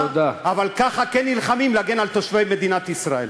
אבל כך כן נלחמים להגן על תושבי מדינת ישראל.